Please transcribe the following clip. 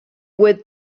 with